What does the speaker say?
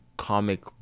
comic